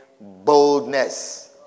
boldness